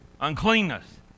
uncleanness